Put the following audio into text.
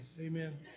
amen